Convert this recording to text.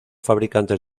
fabricantes